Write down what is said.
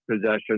possession